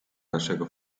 naszego